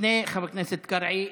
לפני חבר הכנסת קרעי,